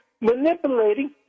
manipulating